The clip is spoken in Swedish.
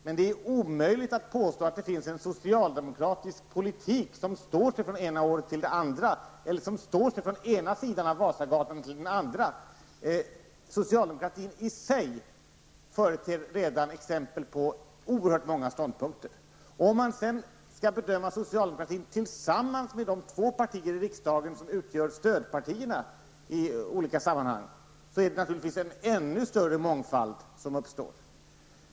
Men det är omöjligt att påstå att det finns en socialdemokratisk politik som står sig från det ena året till det andra, som står sig från ena sidan av Vasagatan till den andra. Socialdemokratin i sig företer redan exempel på oerhört många ståndpunkter. Skall man sedan bedöma socialdemokratin tillsammans med de två partier i riksdagen som utgör stödpartier i olika sammanhang, uppstår naturligtvis en ännu större mångfald.